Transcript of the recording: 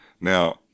Now